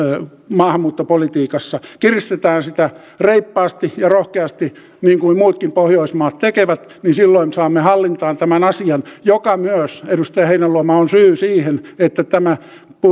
maahanmuuttopolitiikassa kiristetään sitä reippaasti ja rohkeasti niin kuin muutkin pohjoismaat tekevät niin silloin saamme hallintaan tämän asian joka myös edustaja heinäluoma on syy siihen että tämä